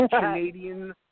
Canadian